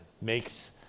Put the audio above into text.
makes